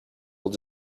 will